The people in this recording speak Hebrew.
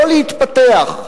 לא להתפתח,